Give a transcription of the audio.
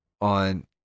on